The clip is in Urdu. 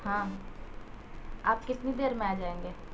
ہاں آپ کتنی دیر میں آ جائیں گے